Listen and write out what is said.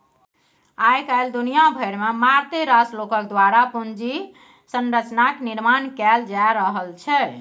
आय काल्हि दुनिया भरिमे मारिते रास लोकक द्वारा पूंजी संरचनाक निर्माण कैल जा रहल छै